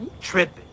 Tripping